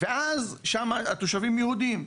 שם התושבים יהודים,